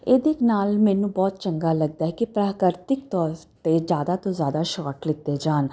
ਇਹਦੇ ਨਾਲ ਮੈਨੂੰ ਬਹੁਤ ਚੰਗਾ ਲੱਗਦਾ ਹੈ ਕਿ ਪ੍ਰਾਕਿਰਤਿਕ ਤੌਰ 'ਤੇ ਜ਼ਿਆਦਾ ਤੋਂ ਜ਼ਿਆਦਾ ਸ਼ਾਰਟ ਲਿੱਤੇ ਜਾਣ